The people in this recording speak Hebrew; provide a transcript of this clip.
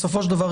בסופו של דבר,